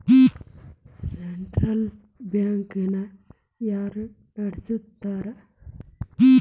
Central bank ನ ಯಾರ್ ನಡಸ್ತಾರ?